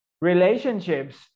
relationships